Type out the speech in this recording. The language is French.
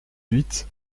huit